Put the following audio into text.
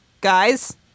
guys